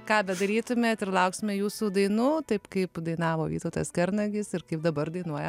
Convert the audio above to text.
ką bedarytumėt ir lauksime jūsų dainų taip kaip dainavo vytautas kernagis ir taip dabar dainuoja